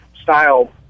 style